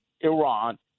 Iran